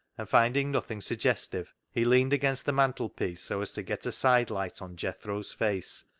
and finding nothing suggestive, he leaned against the mantelpiece so as to get a side light on jethro's face,